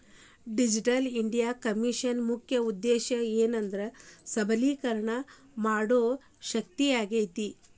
digital India ಮಿಷನ್ನ ಮುಖ್ಯ ಉದ್ದೇಶ ಏನೆಂದ್ರ ಸಬಲೇಕರಣ ಮಾಡೋ ಶಕ್ತಿಯಾಗೇತಿ